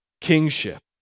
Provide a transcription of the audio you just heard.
kingship